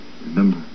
remember